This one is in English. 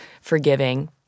forgiving